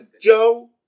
Joe